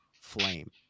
flame